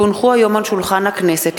כי הונחו היום על שולחן הכנסת,